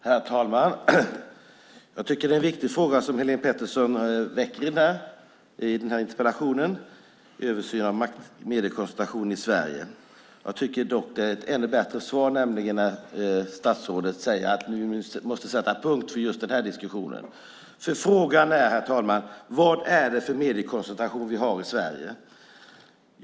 Herr talman! Jag tycker att det är en viktig fråga som Helene Petersson i Stockaryd väcker i interpellationen om översyn av mediekoncentrationen i Sverige. Jag tycker dock att det är ett ännu bättre svar, nämligen att statsrådet säger att vi måste sätta punkt för just den här diskussionen. Frågan är, herr talman, vad det är för mediekoncentration vi har i Sverige.